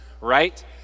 right